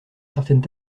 certaines